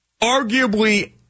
Arguably